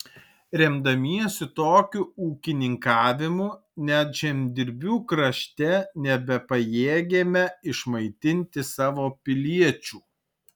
remdamiesi tokiu ūkininkavimu net žemdirbių krašte nebepajėgėme išmaitinti savo piliečių